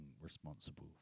responsible